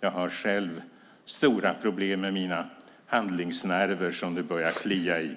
Jag har själv stora problem med mina handlingsnerver som det börjar klia i.